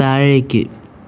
താഴേക്ക്